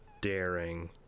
daring